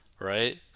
right